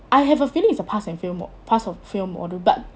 I have a feeling is a pass and fail mod pass or fail module but